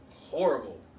horrible